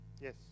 Yes